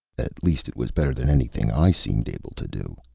at least, it was better than anything i seemed able to do.